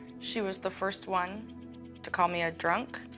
she was the first one to call me a drunk,